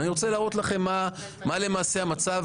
אני רוצה להראות לכם מה למעשה המצב